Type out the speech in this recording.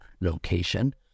location